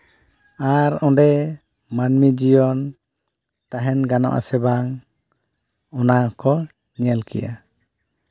ᱟᱨ ᱚᱸᱰᱮ ᱢᱟᱹᱱᱢᱤ ᱡᱤᱭᱚᱱ ᱛᱟᱦᱮᱱ ᱜᱟᱱᱚᱜ ᱟᱥᱮ ᱵᱟᱝ ᱚᱱᱟ ᱠᱚ ᱧᱮᱞ ᱠᱮᱜᱼᱟ